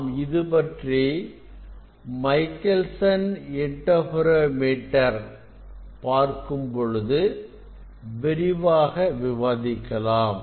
நாம் இதுபற்றி Michelson interferometer பார்க்கும் பொழுது விரிவாக விவாதிக்கலாம்